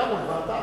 מליאה מול ועדה.